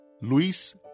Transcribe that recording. Luis